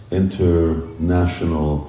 international